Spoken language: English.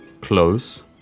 close